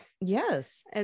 Yes